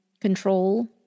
control